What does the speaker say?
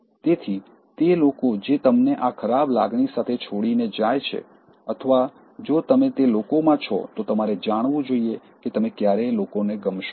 તેથી તે લોકો જે તમને આ ખરાબ લાગણી સાથે છોડીને જાય છે અથવા જો તમે તે લોકોમાં છો તો તમારે જાણવું જોઈએ કે તમે ક્યારેય લોકોને ગમશો નહીં